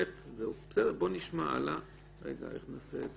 נשארה לנו